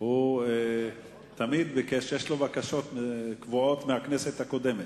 הוא תמיד ביקש, יש לו בקשות קבועות מהכנסת הקודמת.